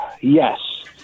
yes